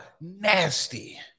nasty